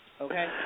Okay